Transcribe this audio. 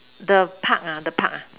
the Park ah the Park ah